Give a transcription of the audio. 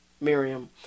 Miriam